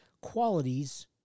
qualities